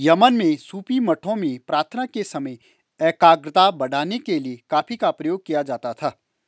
Yemen में सूफी मठों में प्रार्थना के समय एकाग्रता बढ़ाने के लिए कॉफी का प्रयोग किया जाता था